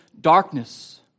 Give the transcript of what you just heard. darkness